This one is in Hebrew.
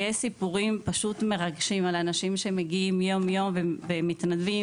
יש סיפורים פשוט מרגשים על אנשים שמגיעים יום יום ומתנדבים,